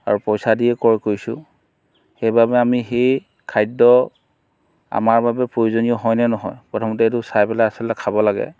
আৰু পইচা দি ক্ৰয় কৰিছোঁ সেইবাবে আমি সেই খাদ্য আমাৰ বাবে প্ৰয়োজনীয় হয়নে নহয় প্ৰথমতে আচলতে এইটো চাই পেলাই খাব লাগে